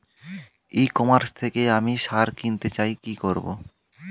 ই commerce থেকে আমি সার কিনতে চাই কি করব?